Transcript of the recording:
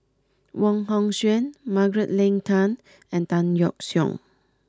Wong Hong Suen Margaret Leng Tan and Tan Yeok Seong